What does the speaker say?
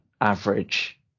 average